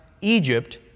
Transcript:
Egypt